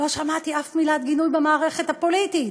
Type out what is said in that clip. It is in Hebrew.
לא שמעתי שום מילת גינוי במערכת הפוליטית,